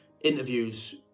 interviews